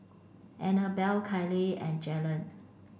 Anabel Kyleigh and Jalyn